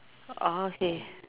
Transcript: orh okay